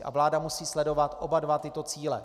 A vláda musí sledovat oba dva tyto cíle.